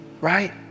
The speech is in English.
right